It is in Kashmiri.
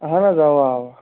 اَہَن حظ اَوا اَوا